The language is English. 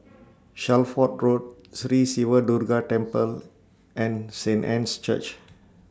Shelford Road Sri Siva Durga Temple and Saint Anne's Church